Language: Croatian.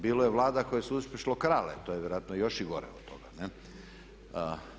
Bilo je vlada koje su uspješno krale to je vjerojatno još i gore od toga, ne?